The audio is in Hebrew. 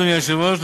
אדוני היושב-ראש,